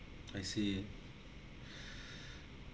I see